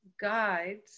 guides